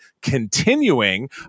continuing